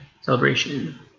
celebration